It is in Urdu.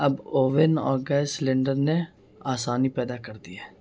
اب اوون اور گیس سلنڈر نے آسانی پیدا کر دی ہے